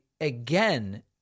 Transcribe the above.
again